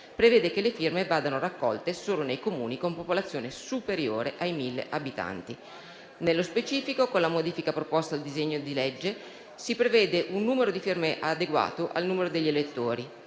prevede che le firme vadano raccolte solo nei Comuni con popolazione superiore ai 1.000 abitanti. Nello specifico, con la modifica proposta dal disegno di legge, si prevede un numero di firme adeguato al numero degli elettori.